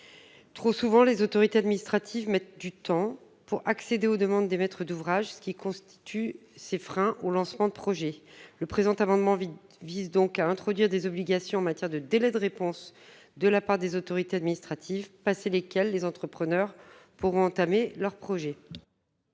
Trop souvent, les autorités administratives mettent du temps pour accéder aux demandes des maîtres d'ouvrage, ce qui constitue autant de freins aux lancements des projets. Cet amendement vise donc à introduire des obligations en matière de délai de réponse de la part des autorités administratives. Passé ces délais, les entrepreneurs pourront entamer leurs projets.